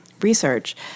research